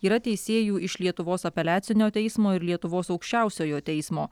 yra teisėjų iš lietuvos apeliacinio teismo ir lietuvos aukščiausiojo teismo